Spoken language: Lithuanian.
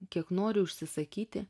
kiek noriu užsisakyti